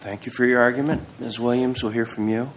thank you for your argument as williams will hear from you